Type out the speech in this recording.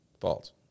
false